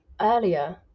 earlier